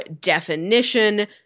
definition